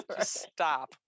stop